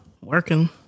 working